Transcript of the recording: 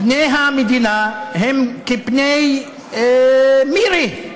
פני המדינה הם כפני מירי,